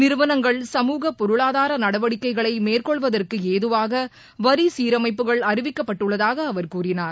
நிறுவனங்கள் சமூகப் பொருளாதார நடவடிக்கைகளை மேற்கொள்வதற்கு ஏதுவாக வரி சீரமைப்புகள் அறிவிக்கப்பட்டுள்ளதாக அவர் கூறினார்